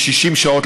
כ-60 שעות,